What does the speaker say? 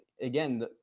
again